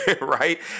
right